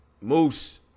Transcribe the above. Moose